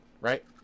right